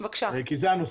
כי זה הנושא.